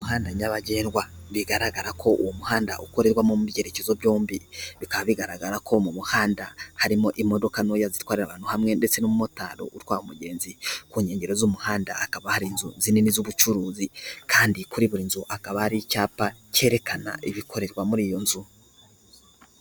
Umuhanda nyabagendwa, bigaragara ko uwo muhanda ukorerwamo mu byerekezo byombi, bikaba bigaragara ko mu muhanda harimo imodoka ntoya zitwara abantu hamwe ndetse n'umumotari utwaye umugenzi. Ku nkengero z'umuhanda hakaba hari inzu nini z'ubucuruzi kandi kuri buri nzu hakaba hari icyapa cyerekana ibikorerwa muri iyo nzu.